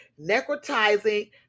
necrotizing